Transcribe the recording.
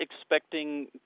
expecting